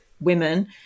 women